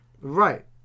Right